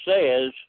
says